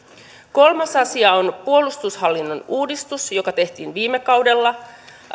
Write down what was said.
kolmas asia on puolustushallinnon uudistus joka tehtiin viime kaudella